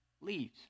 leaves